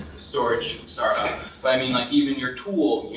storage startup? but i mean like even your tool,